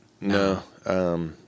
No